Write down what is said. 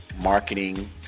marketing